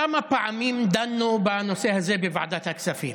כמה פעמים דנו בנושא הזה בוועדת הכספים?